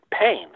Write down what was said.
pain